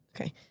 Okay